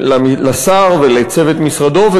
לשר ולצוות משרדו,